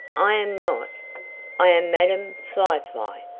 i am not i am madam fly-fly,